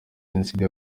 jenoside